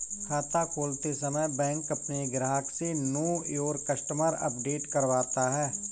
खाता खोलते समय बैंक अपने ग्राहक से नो योर कस्टमर अपडेट करवाता है